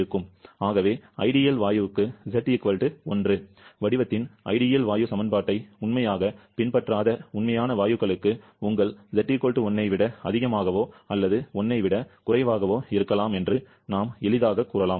ஆகவே ஐடியல் வாயுவுக்கு Z 1 வடிவத்தின் ஐடியல் வாயு சமன்பாட்டை உண்மையாகப் பின்பற்றாத உண்மையான வாயுக்களுக்கு உங்கள் Z 1 ஐ விட அதிகமாகவோ அல்லது 1 ஐ விடக் குறைவாகவோ இருக்கலாம் என்று நாம் எளிதாகக் கூறலாம்